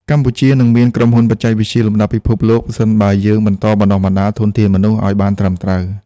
កម្ពុជានឹងមានក្រុមហ៊ុនបច្ចេកវិទ្យាលំដាប់ពិភពលោក ប្រសិនបើយើងបន្តបណ្ដុះបណ្ដាលធនធានមនុស្សឱ្យបានត្រឹមត្រូវ។